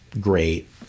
great